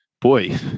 boy